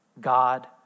God